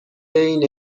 این